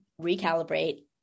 Recalibrate